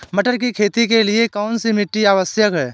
मटर की खेती के लिए कौन सी मिट्टी आवश्यक है?